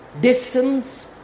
distance